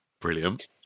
Brilliant